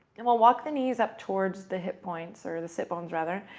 and we'll walk the knees up towards the hip points, or the sit bones rather,